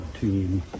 team